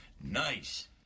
nice